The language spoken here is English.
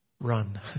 run